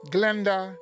Glenda